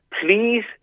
Please